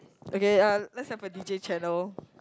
okay uh let's have a D_J channel